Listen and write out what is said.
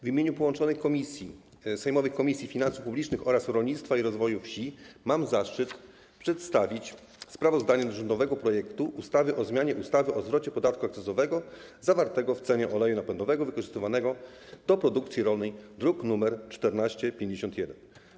W imieniu połączonych sejmowych komisji: Komisji Finansów Publicznych oraz Komisji Rolnictwa i Rozwoju Wsi mam zaszczyt przedstawić sprawozdanie o rządowym projekcie ustawy o zmianie ustawy o zwrocie podatku akcyzowego zawartego w cenie oleju napędowego wykorzystywanego do produkcji rolnej, druk nr 1451.